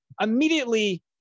immediately